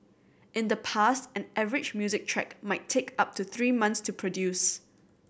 in the past an average music track might take up to three months to produce